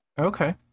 Okay